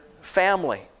family